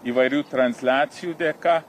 įvairių transliacijų dėka